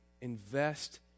invest